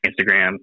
Instagram